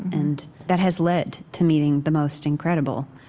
and that has led to meeting the most incredible,